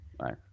right